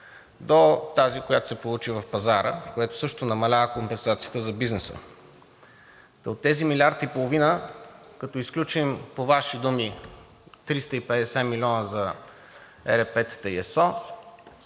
до тази, която се получи в пазара, което също намалява компенсацията за бизнеса. Та от тези милиард и половина, като изключим по Ваши думи 350 млн. лв. за ЕРП-тата и ЕСО,